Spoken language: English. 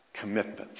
commitments